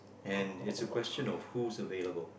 and it's a question of who's available